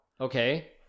Okay